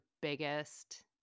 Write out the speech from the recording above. biggest